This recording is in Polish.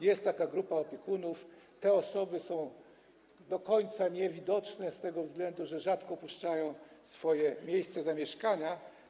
Jest taka grupa opiekunów, te osoby są niewidoczne z tego względu, że rzadko opuszczają swoje miejsce zamieszkania.